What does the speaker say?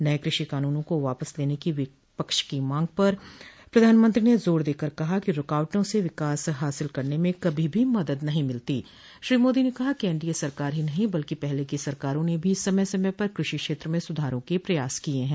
नये कृषि कानूनों को वापस लेने की विपक्ष की मांग पर प्रधानमंत्री ने जोर देकर कहा कि रूकावटों से विकास हासिल करने में कभी श्री मोदी ने कहा कि एनडीए सरकार ही नहीं बल्कि पहले की सरकारों ने भी समय समय पर कृषि क्षेत्र में सुधारों के प्रयास किए हैं